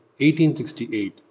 1868